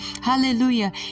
hallelujah